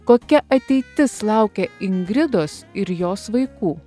kokia ateitis laukia ingridos ir jos vaikų